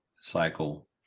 cycle